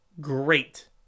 Great